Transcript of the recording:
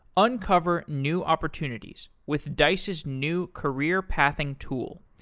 uncover new opportunities with dice's new career-pathing tool,